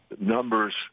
...numbers